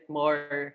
more